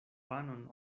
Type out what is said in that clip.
panon